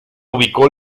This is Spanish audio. ubicó